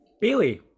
Bailey